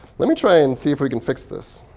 let me try and see if we can fix this.